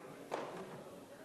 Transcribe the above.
רבותי,